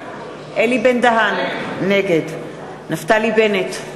נגד נפתלי בנט,